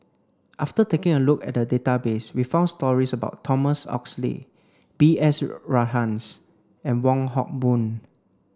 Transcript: after taking a look at the database we found stories about Thomas Oxley B S Rajhans and Wong Hock Boon